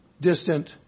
distant